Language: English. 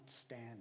stand